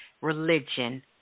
religion